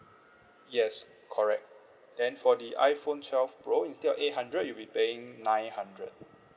yes correct then for the iPhone twelve pro instead of eight hundred you'll be paying nine hundred